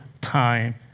time